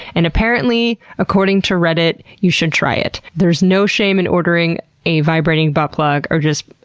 and apparently, according to reddit, you should try it. there is no shame in ordering a vibrating butt plug or just,